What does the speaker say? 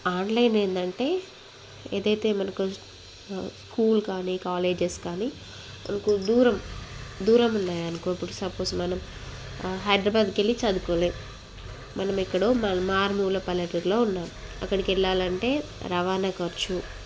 online ఏంటంటే ఏదైతే మనకు స్కూల్ కానీ కాలేజెస్ కానీ మనకు దూరం దూరం ఉన్నాయి అనుకో ఇప్పుడు సపోజ్ మనం హైదరాబాద్కి వెళ్లి చదువుకోవాలి మనం ఎక్కడో మారుమూల పల్లెటూర్లో ఉన్నాం అక్కడికి వెళ్లాలంటే రవాణా ఖర్చు